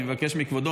אני מבקש מכבודו,